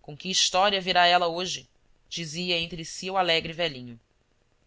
com que história virá ela hoje dizia entre si o alegre velhinho